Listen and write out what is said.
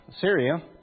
Syria